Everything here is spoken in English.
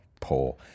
Poor